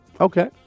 Okay